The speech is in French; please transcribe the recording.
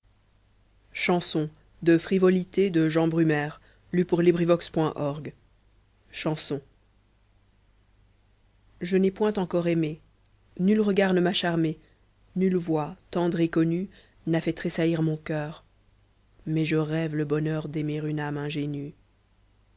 je n'ai point encore aimé nul regard ne m'a charmé nulle voix tendre et connue n'a fait tressaillir mon coeur mais je rêve le bonheur d'aimer une âme ingénue